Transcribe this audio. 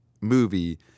movie